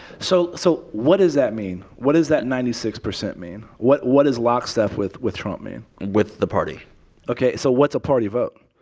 so so what does that mean? what does that ninety six percent mean? what what does lockstep with with trump mean? with the party ok. so what's a party vote?